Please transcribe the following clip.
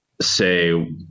say